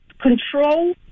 control